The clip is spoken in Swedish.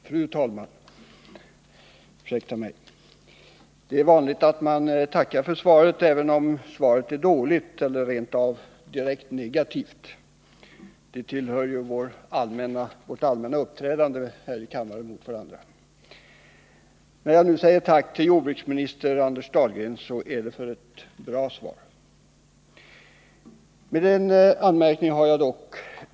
Fru talman! Det är vanligt att man tackar för svaret, även om det är dåligt eller direkt negativt — det tillhör vårt allmänna uppträdande här i kammaren. När jag nu säger tack till jordbruksminister Anders Dahlgren är det för ett bra svar. En anmärkning har jag dock.